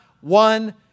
one